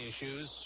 issues